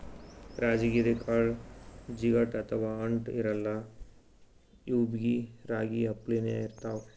ರಾಜಗಿರಿ ಕಾಳ್ ಜಿಗಟ್ ಅಥವಾ ಅಂಟ್ ಇರಲ್ಲಾ ಇವ್ಬಿ ರಾಗಿ ಅಪ್ಲೆನೇ ಇರ್ತವ್